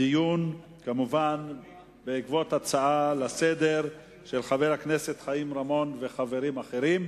זה דיון בעקבות הצעות לסדר-היום של חבר הכנסת חיים רמון וחברים אחרים.